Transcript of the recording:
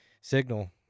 Signal